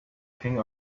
king